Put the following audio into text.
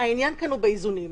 העניין כאן הוא באיזונים.